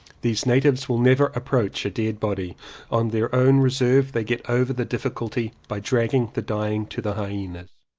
these natives will never approach a dead body on their own reserve they get over the difficulty by dragging the dying to the hyenas.